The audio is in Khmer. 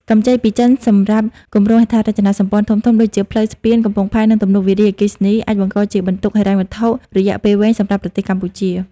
កម្ចីពីចិនសម្រាប់គម្រោងហេដ្ឋារចនាសម្ព័ន្ធធំៗ ដូចជាផ្លូវ ស្ពាន កំពង់ផែ និងទំនប់វារីអគ្គិសនី អាចបង្កជាបន្ទុកហិរញ្ញវត្ថុរយៈពេលវែងសម្រាប់ប្រទេសកម្ពុជា។